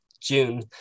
june